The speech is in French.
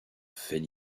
fait